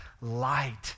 light